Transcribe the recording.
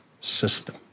system